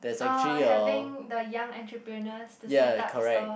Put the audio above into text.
uh having the young entrepeneurs to set up stores